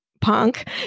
punk